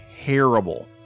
terrible